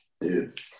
Dude